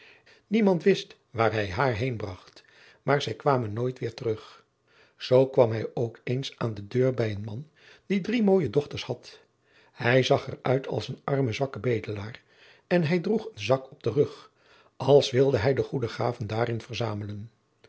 niemand wist waar hij haar heên bracht maar zij kwamen nooit weêr terug zoo kwam hij ook eens aan de deur bij een man die drie mooie dochters had hij zag er uit als een arme zwakke bedelaar en hij droeg een zak op den rug als wilde hij de goede gaven daarin verzamelen